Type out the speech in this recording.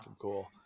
cool